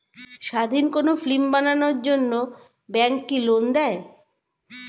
স্বাধীন কোনো ফিল্ম বানানোর জন্য ব্যাঙ্ক কি লোন দেয়?